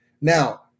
Now